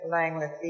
Langley